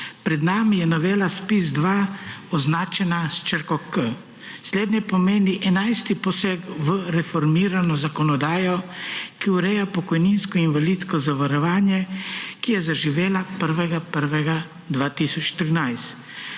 Pred nami je novela ZPIZ-2, označena s črko K. Slednje pomeni 11. poseg v reformirano zakonodajo, ki ureja pokojninsko in invalidsko zavarovanje, ki je zaživela 1.